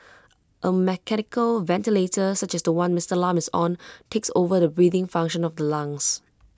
A mechanical ventilator such as The One Mister Lam is on takes over the breathing function of the lungs